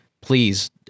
please